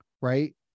right